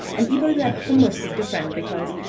and even their hummus is different because,